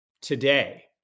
Today